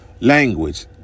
language